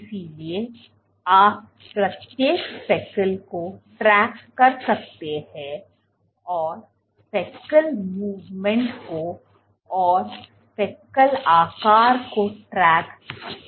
इसलिए आप प्रत्येक स्पेकल को ट्रैक कर सकते हैं और स्पेकल आंदोलन को और स्पेकल आकार को ट्रैक कर सकते हैं